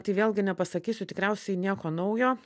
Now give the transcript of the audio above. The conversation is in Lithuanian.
tai vėlgi nepasakysiu tikriausiai nieko naujo